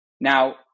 Now